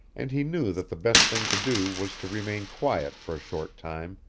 and he knew that the best thing to do was to remain quiet for a short time,